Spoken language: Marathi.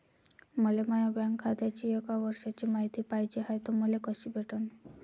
मले माया बँक खात्याची एक वर्षाची मायती पाहिजे हाय, ते मले कसी भेटनं?